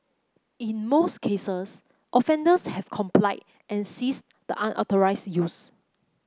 in most cases offenders have complied and ceased the unauthorised use